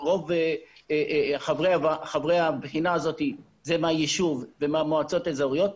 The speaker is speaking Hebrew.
חברי הבחינה הזאת הם מהיישוב ומהמועצות האזוריות,